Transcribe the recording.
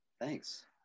thanks